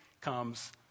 comes